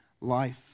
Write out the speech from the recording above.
life